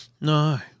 No